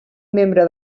membre